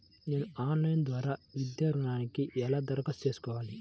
నేను ఆన్లైన్ ద్వారా విద్యా ఋణంకి ఎలా దరఖాస్తు చేసుకోవాలి?